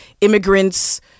immigrants